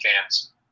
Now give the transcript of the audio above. fans